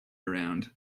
around